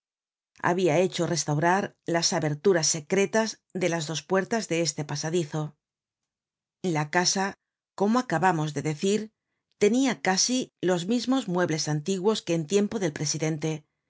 habia hecho restaurar las aberturas secretas de las dos puertas de este pasadizo la casa como acabamos de decir tenia casi los mismos muebles antiguos que en tiempo del presidente